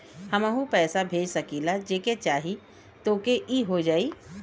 हमहू पैसा भेज सकीला जेके चाही तोके ई हो जाई?